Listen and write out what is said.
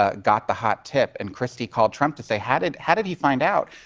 ah got the hot tip, and christie called trump to say, how did how did he find out?